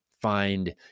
find